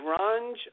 grunge